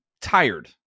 tired